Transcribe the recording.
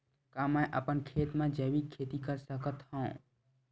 का मैं अपन खेत म जैविक खेती कर सकत हंव?